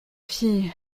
fille